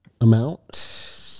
amount